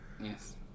Yes